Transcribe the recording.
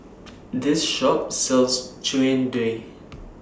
This Shop sells Jian Dui